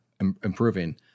improving